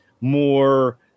more